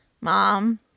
mom